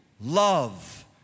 love